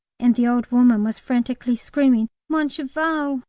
and the old woman was frantically screaming, mon cheval,